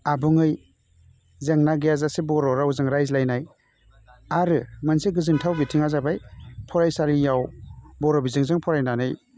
आबुङै जेंना गैया जासे बर'जों रायज्लायनाय आरो मोनसे गोजोन्थाव बिथिङा जाबाय फरायसालियाव बर' बिजोंजों फरायनानै